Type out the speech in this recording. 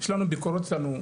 יש לנו ביקורת יש לנו,